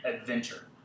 adventure